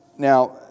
Now